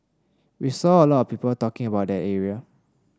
we saw a lot of people talking about that area